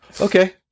Okay